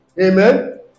Amen